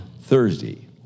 Thursday